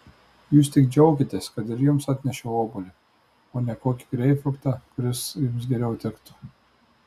jūs tik džiaukitės kad ir jums atnešiau obuolį o ne kokį greipfrutą kuris jums geriau tiktų